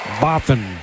Boffin